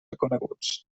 reconeguts